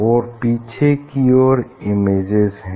और पीछे की ओर इमेजेज हैं